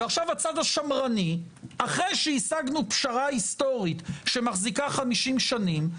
ועכשיו הצד השמרני אחרי שהשגנו פשרה היסטורית שמחזיקה 50 שנים,